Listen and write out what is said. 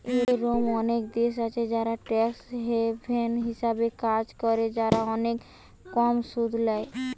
এরোম অনেক দেশ আছে যারা ট্যাক্স হ্যাভেন হিসাবে কাজ করে, যারা অনেক কম সুদ ল্যায়